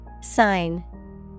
Sign